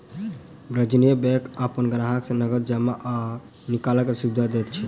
वाणिज्य बैंक अपन ग्राहक के नगद जमा आ निकालैक सुविधा दैत अछि